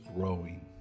growing